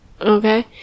okay